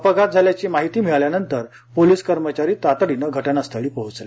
अपघात झाल्याची माहिती मिळाल्यानंतर पोलीस कर्मचारी तातडीने घटनास्थळी पोहचले